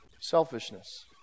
Selfishness